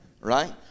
right